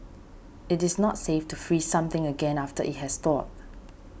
it is not safe to freeze something again after it has thawed